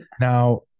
Now